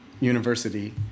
University